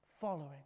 following